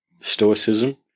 stoicism